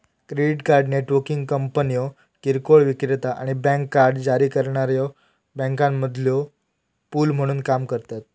credit card networking कंपन्यो किरकोळ विक्रेता आणि बँक कार्ड जारी करणाऱ्यो बँकांमधलो पूल म्हणून काम करतत